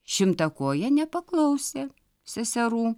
šimtakojė nepaklausė seserų